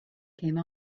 came